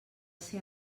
ser